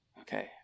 okay